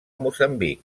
moçambic